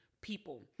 people